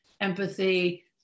empathy